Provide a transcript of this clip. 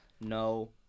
No